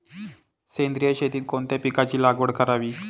सेंद्रिय शेतीत कोणत्या पिकाची लागवड करावी?